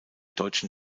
deutschen